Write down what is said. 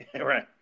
right